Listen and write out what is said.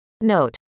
Note